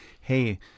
hey